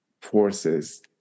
forces